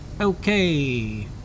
okay